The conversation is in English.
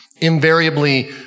Invariably